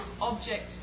object